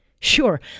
Sure